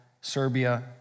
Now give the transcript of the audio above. Serbia